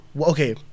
Okay